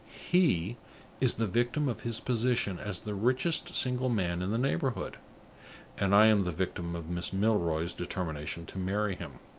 he is the victim of his position as the richest single man in the neighborhood and i am the victim of miss milroy's determination to marry him.